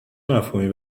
مفهومی